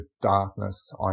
darkness